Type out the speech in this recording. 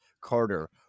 carter